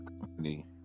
company